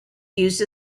used